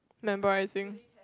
memorising